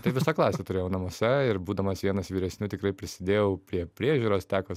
tai visą klasę turėjau namuose ir būdamas vienas vyresnių tikrai prisidėjau prie priežiūros teko